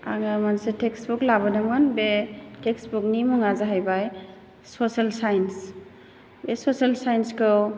आङो मोनसे text book लाबोदोंमोन बे टेक्स्ट बुकनि मुङा जाहैबाय ससियेल साइन्स बे ससियेल साइन्सखौ